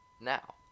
Now